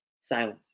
Silence